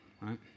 right